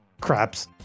Craps